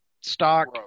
stock